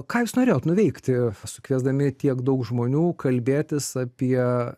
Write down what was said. ką jūs norėjot nuveikti su kviesdami tiek daug žmonių kalbėtis apie